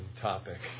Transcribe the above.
topic